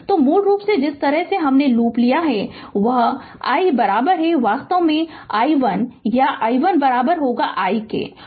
तो मूल रूप से जिस तरह से हमने लूप लिया है वह i वास्तव में i1 या i1 i है